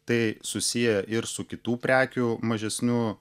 tai susiję ir su kitų prekių mažesnių